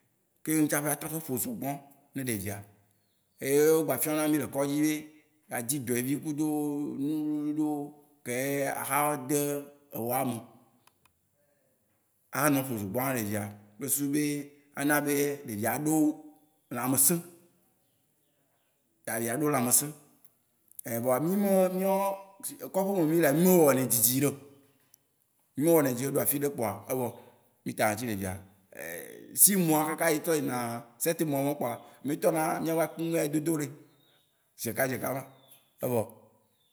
Keŋ tsaƒe atrɔ tsɔ ƒo zogbɔn ne ɖevia. Eye wó gba fiɔn na mí le kɔndzi be adzi dewoɛvi kudo enu wluwlui ɖewo keye axa de ewɔa me axa nɔ ƒo zogbɔa ne ɖevia kple susu be, ana be ɖevia aɖo lãmesẽ aɖo lãmesẽ. Ɛ vɔa, mí me- míawoa koƒe me mí lea, mí me wɔ nɛ dzidzi ɖe oo. Mí me wɔ nɛ dzidzi ɖe wo, ne eɖo afi ɖe kpoa, mí ta na tsi ɖevia. Ɣleti ame ade kaka tsɔ yina adre mawó kpoa, mí tɔna mía be akumea dodo ne zeɖeka zeɖeka má. Evɔ.